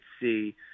see